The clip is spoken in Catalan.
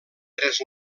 tres